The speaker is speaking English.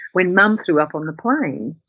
when mum threw up on the plane